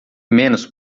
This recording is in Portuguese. menos